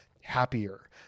happier